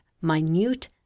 minute